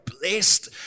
blessed